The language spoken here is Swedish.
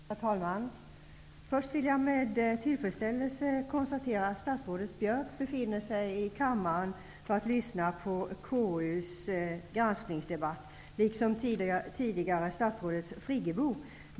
Herr talman! Först vill jag med tillfredsställelse konstatera att statsrådet Björck befinner sig i kammaren för att lyssna på KU:s granskningsdebatt, liksom tidigare statsrådet Friggebo.